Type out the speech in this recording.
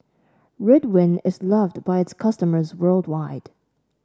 Ridwind is loved by its customers worldwide